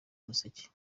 umuseke